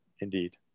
Indeed